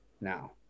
now